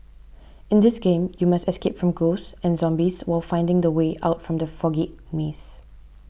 in this game you must escape from ghosts and zombies while finding the way out from the foggy maze